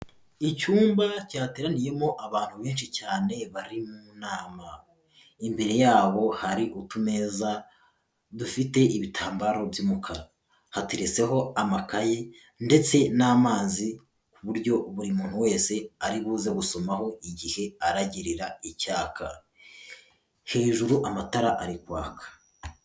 Icyumba cyateraniyemo abantu benshi cyane bari mu nama, imbere yabo hari utumeza dufite ibitambaro by'umukara, hateretseho amakayi ndetse n'amazi ku buryo buri muntu wese ari buze gusomaho igihe aragirira icyaka. Hejuru, amatara ari kwaka.